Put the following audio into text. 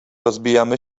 rozbijamy